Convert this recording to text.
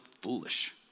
foolish